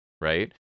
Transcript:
right